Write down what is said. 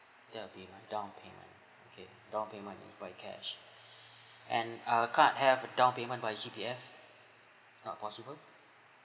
that'd be my down payment okay down payment is by cash and uh card have down payment by C_P_F it's not possible